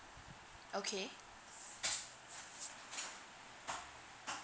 okay